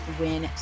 win